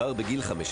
בוקר טוב, עו"ד אמיר